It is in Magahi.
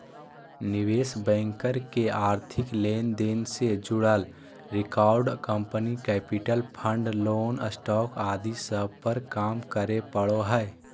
निवेश बैंकर के आर्थिक लेन देन से जुड़ल record, company capital, fund, loan, stock आदि सब पर काम करे पड़ो हय